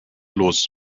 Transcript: los